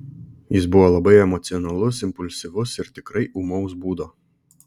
jis buvo labai emocionalus impulsyvus ir tikrai ūmaus būdo